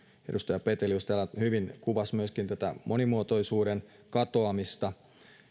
edustaja petelius täällä hyvin kuvasi myöskin monimuotoisuuden katoamista